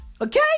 Okay